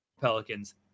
pelicans